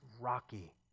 rocky